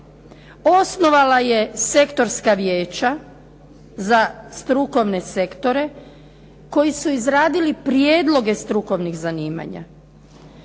Osnovala je sektorska vijeća za strukovne sektore koji su izradili prijedloge strukovnih zanimanja.